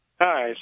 Hi